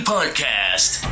Podcast